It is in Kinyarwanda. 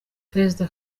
perezida